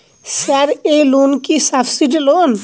Sir এই loan কি subsidy loan?